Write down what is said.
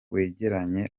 wegeranye